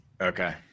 Okay